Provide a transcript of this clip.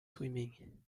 swimming